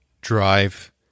drive